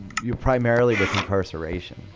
you're primarily with incarceration,